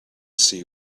see